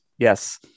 Yes